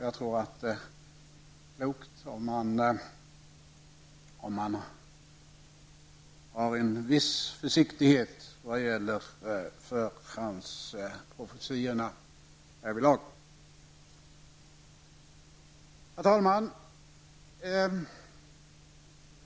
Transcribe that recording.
Jag tror att det är klokt att iaktta en viss försiktighet vad gäller förhandsprofetiorna härvidlag. Herr talman!